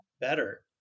better